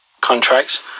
contracts